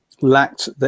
lacked